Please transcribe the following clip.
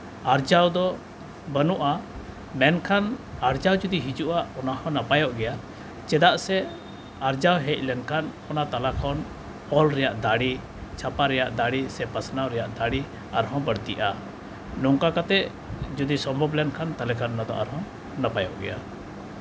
ᱟᱨᱡᱟᱣ ᱫᱚ ᱵᱟᱹᱱᱩᱜᱼᱟ ᱢᱮᱱᱠᱷᱟᱱ ᱟᱨᱡᱟᱣ ᱡᱩᱫᱤ ᱦᱤᱡᱩᱜᱼᱟ ᱚᱱᱟ ᱦᱚᱸ ᱱᱟᱯᱟᱭᱚᱜ ᱜᱮᱭᱟ ᱪᱮᱫᱟᱜ ᱥᱮ ᱟᱨᱡᱟᱣ ᱦᱮᱡ ᱞᱮᱱᱠᱷᱟᱱ ᱚᱱᱟ ᱛᱟᱞᱟ ᱠᱷᱚᱱ ᱚᱞ ᱨᱮᱭᱟᱜ ᱫᱟᱲᱮ ᱪᱷᱟᱯᱟ ᱨᱮᱭᱟᱜ ᱫᱟᱲᱮ ᱥᱮ ᱯᱟᱥᱱᱟᱣ ᱨᱮᱭᱟᱜ ᱫᱟᱲᱮ ᱟᱨᱦᱚᱸ ᱵᱟᱹᱲᱛᱤᱜᱼᱟ ᱱᱚᱝᱠᱟ ᱠᱟᱛᱮᱫ ᱡᱩᱫᱤ ᱥᱚᱢᱵᱷᱚᱵ ᱞᱮᱱᱠᱷᱟᱱ ᱛᱟᱦᱚᱞᱮ ᱠᱷᱟᱱ ᱚᱱᱟ ᱫᱚ ᱟᱨᱦᱚᱸ ᱱᱟᱯᱟᱭᱚᱜ ᱜᱮᱭᱟ